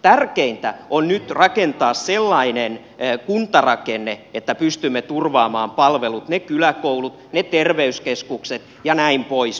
tärkeintä on nyt rakentaa sellainen kuntarakenne että pystymme turvaamaan palvelut ne kyläkoulut ne terveyskeskukset jnp